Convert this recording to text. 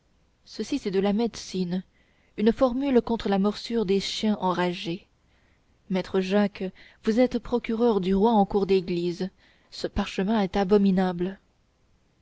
ceci est de la médecine une formule contre la morsure des chiens enragés maître jacques vous êtes procureur du roi en cour d'église ce parchemin est abominable